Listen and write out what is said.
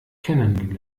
kennen